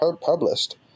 published